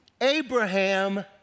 Abraham